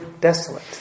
desolate